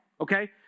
okay